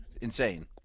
insane